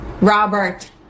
Robert